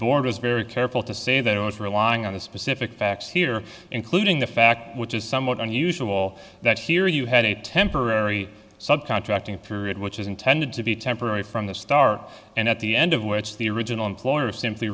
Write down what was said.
is very careful to say that i was relying on a specific facts here including the fact which is somewhat unusual that here you had a temporary sub contracting period which is intended to be temporary from the start and at the end of which the original employer simply